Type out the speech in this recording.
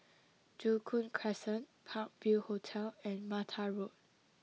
Joo Koon Crescent Park View Hotel and Mata Road